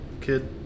kid